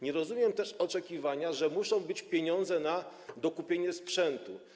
Nie rozumiem też oczekiwania, że muszą być pieniądze na dokupienie sprzętu.